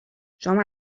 شما